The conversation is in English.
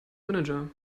vinegar